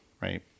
Right